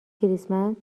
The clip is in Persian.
کریسمس